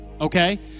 okay